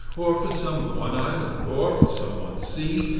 or for some one island, or for some one sea,